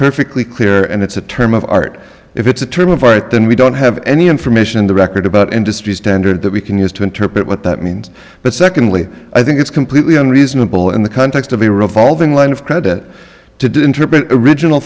perfectly clear and it's a term of art if it's a term of art then we don't have any information in the record about industry standard that we can use to interpret what that means but secondly i think it's completely unreasonable in the context of a revolving line of credit to do interpret original